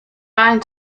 line